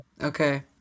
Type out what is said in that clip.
Okay